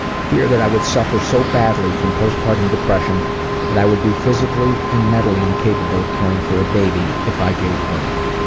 fear that i would suffer so badly from postpartum depression that i would be physically and mentally incapable of caring for a baby if i gave birth.